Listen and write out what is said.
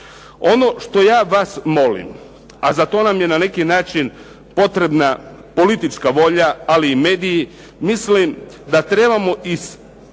Ono što ja vas molim a za to nam je na neki način potrebna politička volja ali i mediji, mislim da trebamo isticati